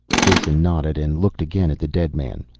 jason nodded, and looked again at the dead man.